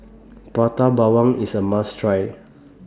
Prata Bawang IS A must Try